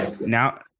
now